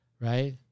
Right